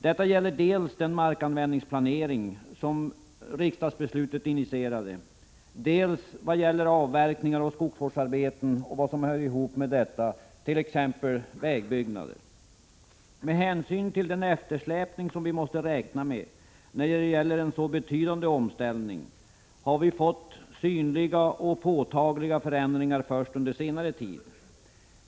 Det gäller dels den markanvändningsplanering som riksdagsbeslutet initierade, dels avverkningar och skogsvårdsarbeten samt vad som hör ihop med detta, t.ex. vägbyggnad. Med hänsyn till den eftersläpning som vi måste räkna med när det gäller en så betydande omställning har vi fått synliga och påtagliga förändringar först under senare tid.